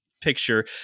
picture